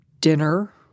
dinner